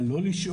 מה לא לשאול,